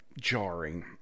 jarring